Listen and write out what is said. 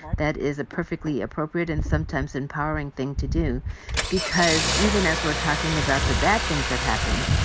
that is a perfectly appropriate and sometimes empowering thing to do because even as we're talking about the bad things that happen,